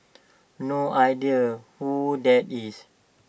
no idea who that is